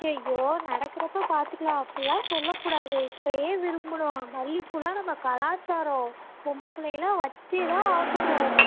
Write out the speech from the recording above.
ஐய்யய்யோ நடக்குறப்போ பார்த்துக்கலாம் அப்பில்லாம் சொல்லக் கூடாது இப்போயே விரும்பணும் மல்லிப்பூலாம் நம்ப கலாச்சாரம் பொம்பளை பிள்ளைங்க எல்லாம் வச்சே தான் ஆகணும்